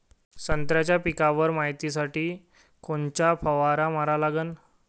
संत्र्याच्या पिकावर मायतीसाठी कोनचा फवारा मारा लागन?